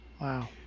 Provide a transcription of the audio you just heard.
wow